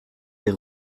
des